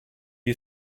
you